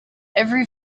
every